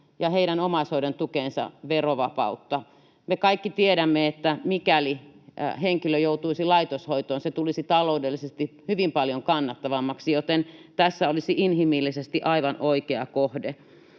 ja heidän omaishoidon tukeensa verovapautta. Me kaikki tiedämme, että mikäli henkilö joutuisi laitoshoitoon, se tulisi taloudellisesti hyvin paljon kannattavammaksi, joten tässä olisi inhimillisesti aivan oikea kohde.